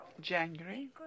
January